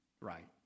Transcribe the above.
right